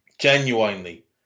Genuinely